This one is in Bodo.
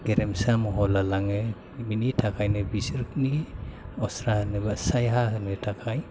गेरेमसा महर लालाङो बेनि थाखायनो बिसोरनि अस्रा एबा साया होनो थाखाय